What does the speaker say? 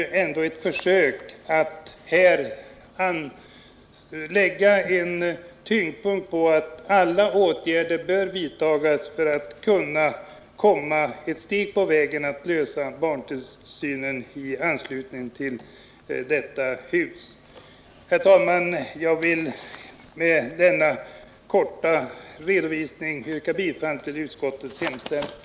Detta uttalande är ändå en markering av att alla åtgärder bör vidtas för att komma ett steg längre på vägen mot lösandet av riksdagsledamöternas barntillsynsfrågor. Herr talman! Jag vill med denna korta redovisning yrka bifall till utskottets hemställan.